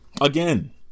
Again